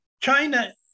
China